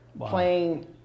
playing